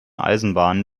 eisenbahnen